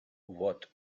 what